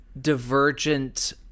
Divergent